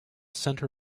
center